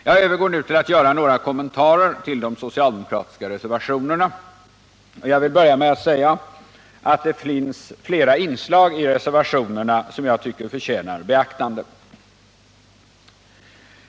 Jag övergår nu till att göra några kommentarer till de socialdemokratiska reservationerna, och jag vill börja med att säga att det finns flera inslag i dem som jag tycker förtjänar beaktande.